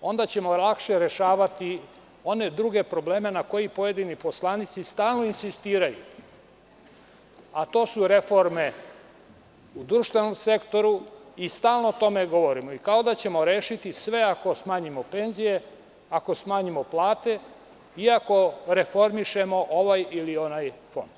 onda ćemo lakše rešavati one druge probleme na kojima pojedini poslanici stalno insistiraju, a to su reforme u društvenom sektoru i stalno o tome govorimo i kao da ćemo rešiti sve ako smanjimo penzije, ako smanjimo plate i ako reformišemo ovaj ili onaj fond.